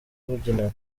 babyinana